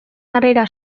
harrera